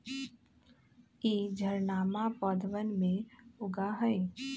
ई झाड़नमा पौधवन में उगा हई